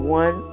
one